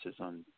on